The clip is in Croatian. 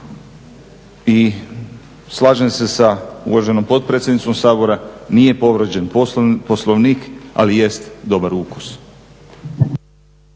I slažem se sa uvaženom potpredsjednicom Sabora, nije povrijeđen Poslovnik ali jest dobar ukus.